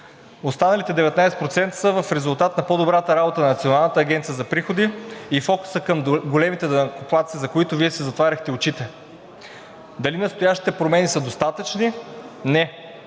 останалите 19% са в резултат на по-добрата работа на Националната агенция за приходите и фокусът е към големите данъкоплатци, за които Вие си затваряхте очите. Дали настоящите промени са достатъчни? Не!